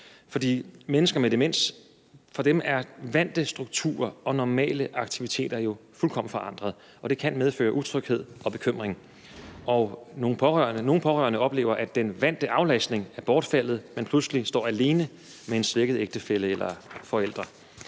men det kan ikke lade sig gøre i øjeblikket, og det kan medføre utryghed og bekymring. Nogle pårørende oplever også, at den vante aflastning er bortfaldet, så man pludselig står alene med en svækket ægtefælle eller forælder.